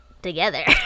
together